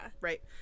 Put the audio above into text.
Right